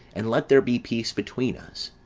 and let there be peace between us.